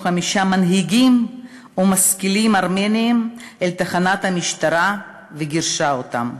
מנהיגים ומשכילים ארמנים אל תחנת המשטרה וגירשה אותם.